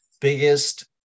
biggest